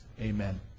Amen